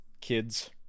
Kids